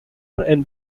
and